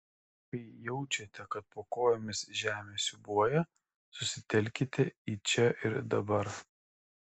kai jaučiate kad po kojomis žemė siūbuoja susitelkite į čia ir dabar